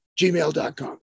gmail.com